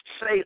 say